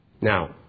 Now